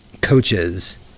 coaches